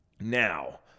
Now